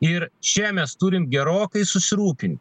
ir čia mes turim gerokai susirūpint